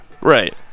Right